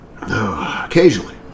occasionally